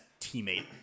teammate